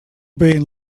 being